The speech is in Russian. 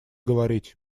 говорить